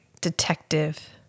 detective